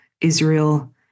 Israel